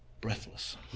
breathless